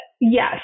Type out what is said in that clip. Yes